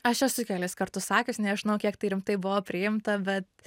aš esu kelis kartus sakius nežinau kiek tai rimtai buvo priimta bet